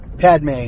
Padme